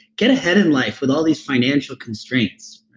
get ahead in life with all these financial constraints?